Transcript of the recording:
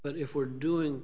but if we're doing